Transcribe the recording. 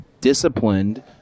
disciplined